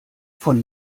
von